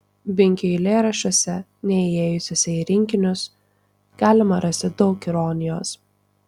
binkio eilėraščiuose neįėjusiuose į rinkinius galima rasti daug ironijos